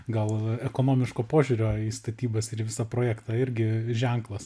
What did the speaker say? gal ekonomiško požiūrio į statybas ir į visą projektą irgi ženklas